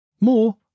More